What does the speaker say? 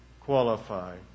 qualify